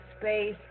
space